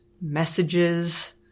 messages